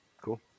Cool